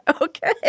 Okay